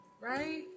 right